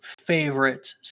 favorite